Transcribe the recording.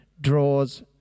draws